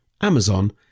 Amazon